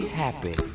happy